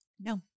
No